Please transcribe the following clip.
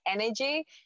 energy